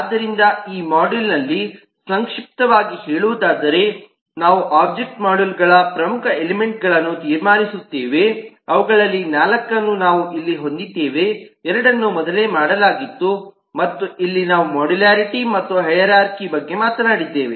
ಆದ್ದರಿಂದ ಈ ಮಾಡ್ಯೂಲ್ಅಲ್ಲಿ ಸಂಕ್ಷಿಪ್ತವಾಗಿ ಹೇಳುವುದಾದರೆ ನಾವು ಒಬ್ಜೆಕ್ಟ್ ಮೋಡೆಲ್ಗಳ ಪ್ರಮುಖ ಎಲಿಮೆಂಟ್ಗಳನ್ನು ತೀರ್ಮಾನಿಸುತ್ತೇವೆ ಅವುಗಳಲ್ಲಿ 4 ಅನ್ನು ನಾವು ಇಲ್ಲಿ ಹೊಂದಿದ್ದೇವೆ 2 ಅನ್ನು ಮೊದಲೇ ಮಾಡಲಾಗಿತ್ತು ಮತ್ತು ಇಲ್ಲಿ ನಾವು ಮಾಡ್ಯೂಲ್ಯಾರಿಟಿ ಮತ್ತು ಹೈರಾರ್ಖಿ ಬಗ್ಗೆ ಮಾತನಾಡಿದ್ದೇವೆ